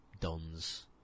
dons